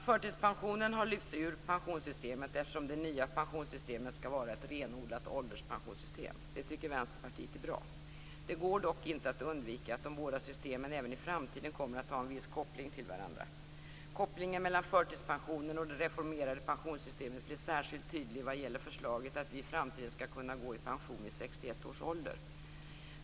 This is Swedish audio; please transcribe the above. Förtidspensionen har lyfts ur pensionssystemet eftersom det nya pensionssystemet skall vara ett renodlat ålderspensionssystem. Det tycker Vänsterpartiet är bra. Det går dock inte att undvika att de båda systemen även i framtiden kommer att ha en viss koppling till varandra. Kopplingen mellan förtidspensionen och det reformerade pensionssystemet blir särskilt tydligt vad gäller förslaget att vi i framtiden skall kunna gå i pension vid 61 års ålder.